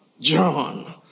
John